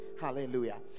Hallelujah